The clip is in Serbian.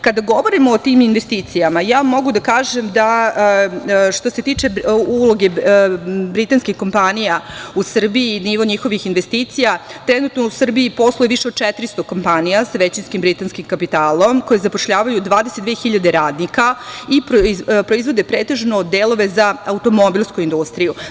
Kada govorimo o tim investicijama, ja mogu da kažem što se tiče uloge britanskih kompanija u Srbiji i nivo njihovih investicija, trenutno u Srbiji posluje više od 400 kompanija sa većinskim britanskim kapitalom koji zapošljavaju 22.000 radnika i proizvode pretežno delove za automobilsku industriju.